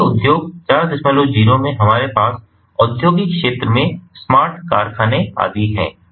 इसलिए उद्योग 40 में हमारे पास औद्योगिक क्षेत्र में स्मार्ट कारखाने आदि हैं